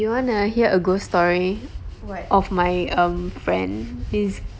you want to hear a ghost story of my um friend is